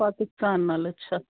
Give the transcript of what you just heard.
ਪਾਕਿਸਤਾਨ ਨਾਲ ਅੱਛਾ